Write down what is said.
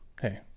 hey